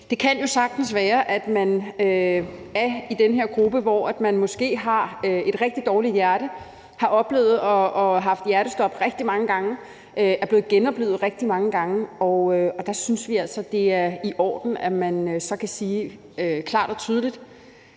Det kan jo sagtens være, at man er i den her gruppe, hvor man måske har et rigtig dårligt hjerte, har oplevet at have haft hjertestop rigtig mange gange og er blevet genoplivet rigtig mange gange. Der synes vi altså, at det er i orden, at man så klart og tydeligt